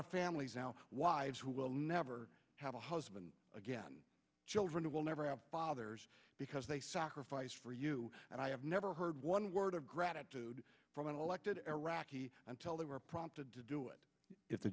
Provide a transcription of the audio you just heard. of families now wives who will never have a husband again children who will never have fathers because they sacrificed for you and i have never heard one word of gratitude from an elected iraqi until they were prompted to do it if the